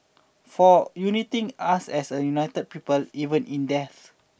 for uniting us as one united people even in death